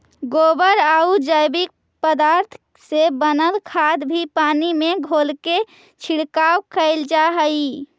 गोबरआउ जैविक पदार्थ से बनल खाद भी पानी में घोलके छिड़काव कैल जा हई